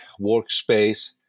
workspace